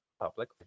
public